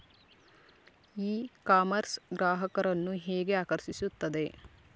E commerce ಗ್ರಾಹಕರನ್ನು ಹೇಗೆ ಆಕರ್ಷಿಸುತ್ತದೆ?